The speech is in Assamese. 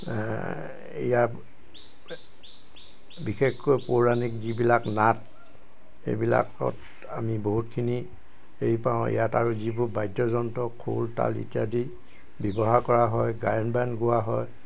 ইয়াত বিশেষকৈ পৌৰাণিক যিবিলাক নাট সেইবিলাকত আমি বহুতখিনি সেই পাওঁ ইয়াত আৰু যিবোৰ বাদ্যযন্ত্ৰ খোল তাল ইত্যাদি ব্যৱহাৰ কৰা হয় গায়ন বায়ন গোৱা হয়